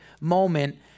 moment